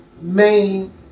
main